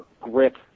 grip